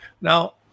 Now